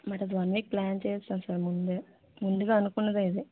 మరి one week plan చేసేసాం sir ముందే ముందుగా అనుకున్నదే ఇది